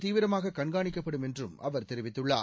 தீவிரமாக கண்காணிக்கப்படும் என்றும் அவர் தெரிவித்துள்ளார்